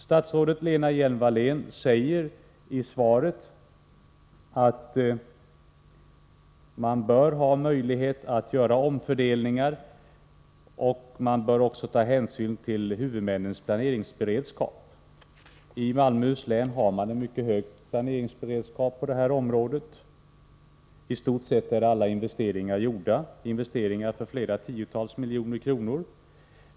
Statsrådet Lena Hjelm-Wallén säger i svaret att man bör ha möjlighet att göra omfördelningar och att man också bör ta hänsyn till huvudmännens planeringsberedskap. I Malmöhus län har man en mycket hög planeringsberedskap på det här området. I stort sett är alla investeringar gjorda — investeringar för tiotals miljoner kronor.